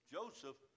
Joseph